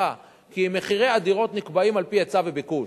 כי מחירי הדירות נקבעים על-פי היצע וביקוש,